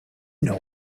know